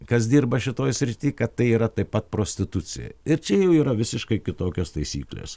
kas dirba šitoj srity kad tai yra taip pat prostitucija ir čia jau yra visiškai kitokios taisyklės